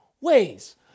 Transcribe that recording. ways